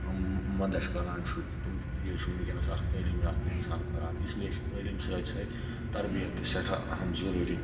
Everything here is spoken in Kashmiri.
مَندَچھ کَران چھُ تم چیٖز چھُ وٕنکیٚنَس اکھ تعلیٖم یافتہٕ اِنسان کَران اِسلیے چھُ تعلیٖم سۭتۍ سۭتۍ تَربیت تہِ سیٚٹھاہ اَہَم ضروٗری